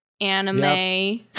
anime